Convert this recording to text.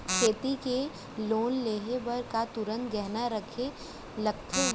खेती के लोन लेहे बर का तुरंत गहना रखे लगथे?